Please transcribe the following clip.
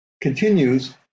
continues